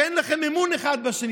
שאין לכם אמון אחד בשני,